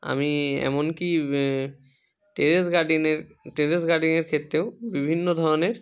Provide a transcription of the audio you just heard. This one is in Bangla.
আমি এমন কি টেরেস গার্ডেনের টেরেস গার্ডেনের ক্ষেত্তেও বিভিন্ন ধরনের